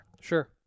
Sure